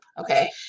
okay